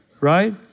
Right